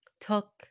took